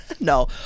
no